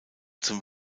zum